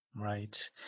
Right